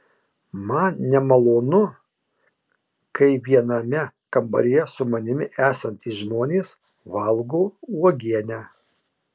man nemalonu kai viename kambaryje su manimi esantys žmonės valgo uogienę